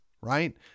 right